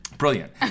brilliant